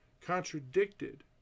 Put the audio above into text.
contradicted